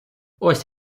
ось